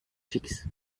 fix